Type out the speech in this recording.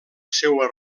seua